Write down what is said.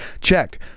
checked